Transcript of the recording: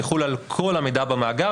יחול על כל המידע במאגר,